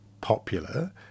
popular